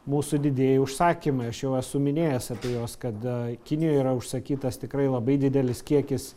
mūsų didieji užsakymai aš jau esu minėjęs apie juos kad kinijoj yra užsakytas tikrai labai didelis kiekis